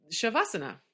shavasana